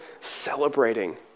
celebrating